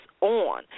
on